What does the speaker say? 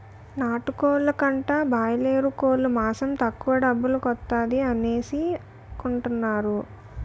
నాటుకోలు కంటా బాయలేరుకోలు మాసం తక్కువ డబ్బుల కొత్తాది అనేసి కొనుకుంటారు